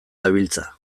dabiltza